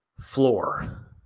Floor